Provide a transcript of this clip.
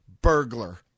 burglar